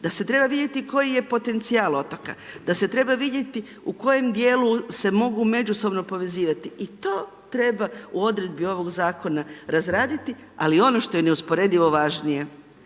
da se treba vidjeti koji je potencijal otoka, da se treba vidjeti u kojem dijelu se mogu međusobno povezivati i to treba u odredbi ovog Zakona razraditi, ali ono što je neusporedivo važnije,